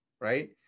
right